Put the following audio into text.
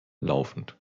laufend